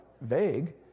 vague